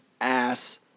ass